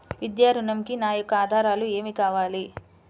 విద్యా ఋణంకి నా యొక్క ఆధారాలు ఏమి కావాలి?